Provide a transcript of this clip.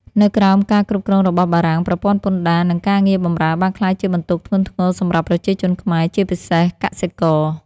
នៅក្រោមការគ្រប់គ្រងរបស់បារាំង ប្រព័ន្ធពន្ធដារ និងការងារបម្រើបានក្លាយជាបន្ទុកធ្ងន់ធ្ងរសម្រាប់ប្រជាជនខ្មែរ ជាពិសេសកសិករ។